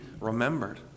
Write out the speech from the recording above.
remembered